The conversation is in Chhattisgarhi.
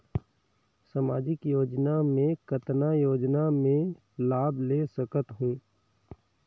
समाजिक योजना मे कतना योजना मे लाभ ले सकत हूं?